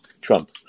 Trump